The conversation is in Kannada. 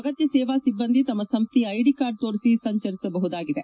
ಅಗತ್ಯ ಸೇವಾ ಸಿಬ್ಲಂದಿ ತಮ್ಮ ಸಂಸ್ಟೆಯ ಐಡಿ ಕಾರ್ಡ್ ತೋರಿಸಿ ಸಂಚರಿಸಬಹುದಾಗಿದೆ